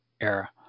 era